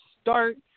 start